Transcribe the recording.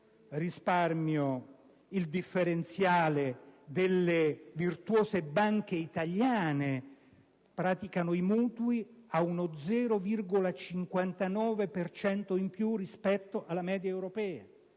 risparmio il differenziale delle virtuose banche italiane, che praticano i mutui ad uno 0,59 per cento in più rispetto alla media europea.